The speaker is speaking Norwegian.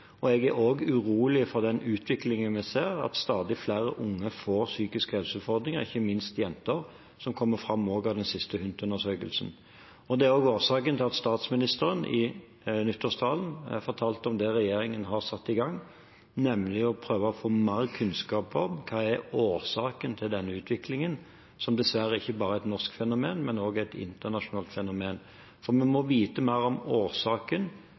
Jeg er også urolig for den utviklingen vi ser, at stadig flere unge får psykisk helse-utfordringer, ikke minst jenter, noe som også kommer fram av den siste HUNT-undersøkelsen. Det er også årsaken til at statsministeren i nyttårstalen fortalte om det regjeringen har satt i gang, nemlig å prøve å få mer kunnskap om hva som er årsakene til denne utviklingen, som dessverre ikke bare er et norsk fenomen, men også et internasjonalt fenomen. For vi må vite mer om